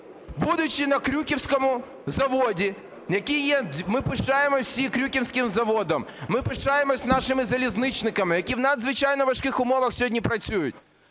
всі Крюківським заводом, ми пишаємося нашими залізничниками, які в надзвичайно важких умовах сьогодні працюють,